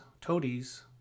toadies